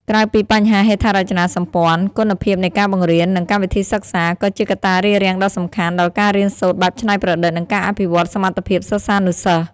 ក្រៅពីបញ្ហាហេដ្ឋារចនាសម្ព័ន្ធ គុណភាពនៃការបង្រៀន និងកម្មវិធីសិក្សា ក៏ជាកត្តារារាំងដ៏សំខាន់ដល់ការរៀនសូត្របែបច្នៃប្រឌិត និងការអភិវឌ្ឍសមត្ថភាពសិស្សានុសិស្ស។